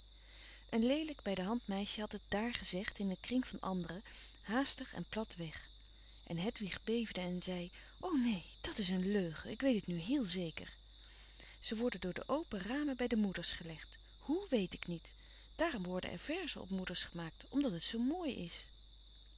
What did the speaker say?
een leelijk bij-de-hand meisje had het daar gezegd in een kring van anderen haastig en plat weg en hedwig beefde en zei o nee dat is een leugen ik weet het nu heel zeker ze worden door de open ramen bij de moeders gelegd hoe weet ik niet daarom worden er verzen op moeders gemaakt omdat het zoo mooi is